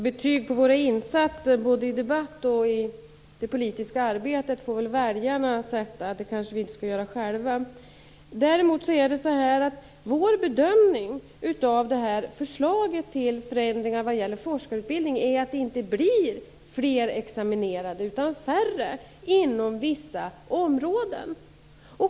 Herr talman! Betyg på våra insatser, både i debatt och i det politiska arbetet, får väl väljarna sätta. Det kanske vi inte skall göra själva. Däremot är vår bedömning av förslaget till förändringar vad gäller forskarutbildning att det inte blir fler examinerade utan färre inom vissa områden.